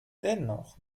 dennoch